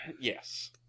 yes